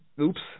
oops